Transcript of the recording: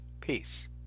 Peace